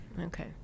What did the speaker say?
okay